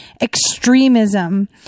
extremism